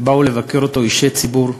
באו לבקר אותו אישי ציבור,